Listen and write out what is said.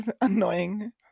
annoying